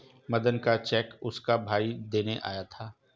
मदन का चेक उसका भाई देने आया था